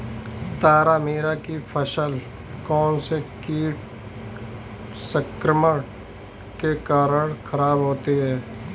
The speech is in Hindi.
तारामीरा की फसल कौनसे कीट संक्रमण के कारण खराब होती है?